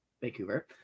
Vancouver